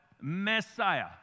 Messiah